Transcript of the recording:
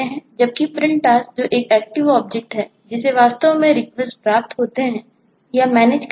इसलिए passive object करते हैं